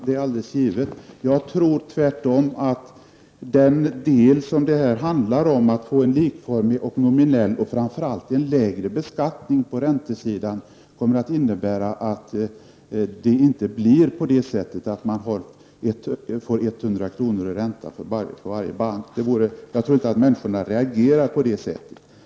Jag tror att det som detta handlar om, dvs. att få till stånd en likformig, en nominell och framför allt en lägre beskattning på räntesidan, inte kommer att innebära att man får 100 kr. i ränta på varje bank. Jag tror inte att människorna reagerar på det sättet.